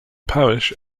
parish